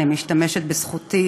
אני משתמשת בזכותי